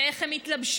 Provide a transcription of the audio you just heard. איך הם מתלבשים,